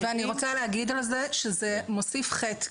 --- אני רוצה להגיד על זה שזה מוסיף חטא,